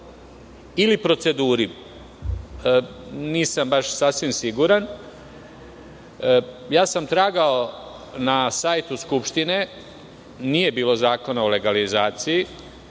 ili proceduri, nisam baš sasvim siguran. Tragao sam na sajtu Skupštine, nije bilo zakona o legalizaciji,